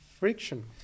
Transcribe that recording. Friction